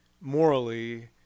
morally